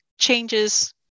changes